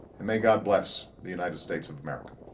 and may god bless the united states of america.